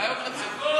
הכול.